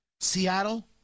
Seattle